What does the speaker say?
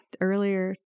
earlier